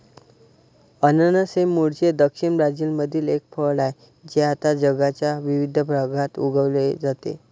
अननस हे मूळचे दक्षिण ब्राझीलमधील एक फळ आहे जे आता जगाच्या विविध भागात उगविले जाते